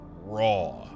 raw